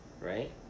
right